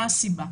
מה הסיבה.